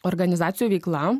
organizacijų veikla